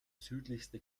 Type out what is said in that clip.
südlichste